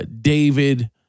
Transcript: David